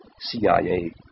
CIA